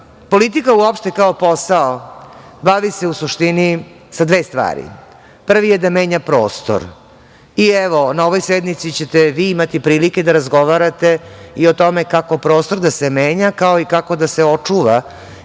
Politika uopšte kao posao bavi se u suštini sa dve stvari. Prvi je da menja prostor. Evo, na ovoj sednici ćete vi imati prilike da razgovarate i o tome kako prostor da se menja, kao i kako da se očuva